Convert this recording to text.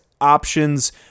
options